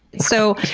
so,